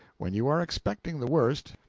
when you are expecting the worst,